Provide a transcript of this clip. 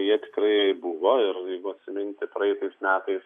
jie tikrai buvo ir jeigu atsiminti praeitais metais